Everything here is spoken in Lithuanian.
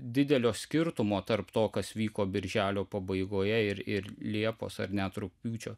didelio skirtumo tarp to kas vyko birželio pabaigoje ir ir liepos ar net rugpjūčio